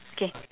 okay